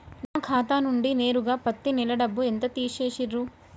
నా ఖాతా నుండి నేరుగా పత్తి నెల డబ్బు ఎంత తీసేశిర్రు?